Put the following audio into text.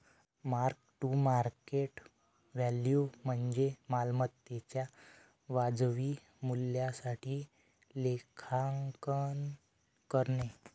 mark to market value म्हणजे मालमत्तेच्या वाजवी मूल्यासाठी लेखांकन करणे